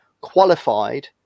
qualified